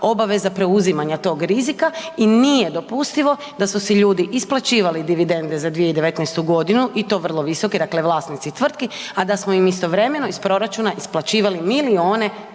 obaveza preuzimanja tog rizika i nije dopustivo da su si ljudi isplaćivali dividende za 2019.g. i to vrlo visoke, dakle vlasnici tvrtki, a da smo im istovremeno iz proračuna isplaćivali milijune